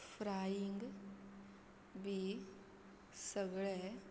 frying बी सगळें